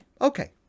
Okay